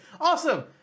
Awesome